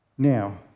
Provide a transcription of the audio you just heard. Now